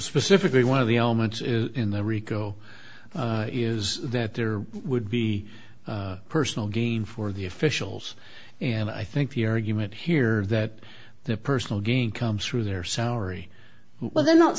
specifically one of the elements in the rico is that there would be personal gain for the officials and i think your argument here that their personal gain comes through their salary well they're not